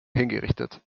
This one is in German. hingerichtet